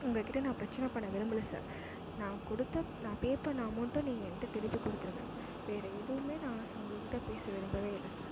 உங்கள்கிட்டே நான் பிரச்சனை பண்ண விரும்பலை சார் நான் கொடுத்த நான் பே பண்ண அமௌண்டை நீங்கள் என்கிட்ட திருப்பிக் கொடுத்துருங்க வேறே எதுவுமே நான் உங்கள்கிட்ட பேச விரும்பவே இல்லை சார்